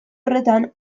horretan